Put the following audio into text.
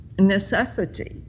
necessity